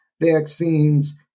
vaccines